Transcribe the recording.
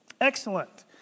Excellent